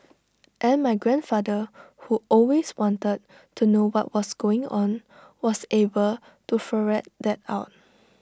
and my grandfather who always wanted to know what was going on was able to ferret that out